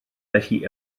felly